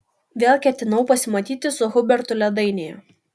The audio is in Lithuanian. vėl ketinau pasimatyti su hubertu ledainėje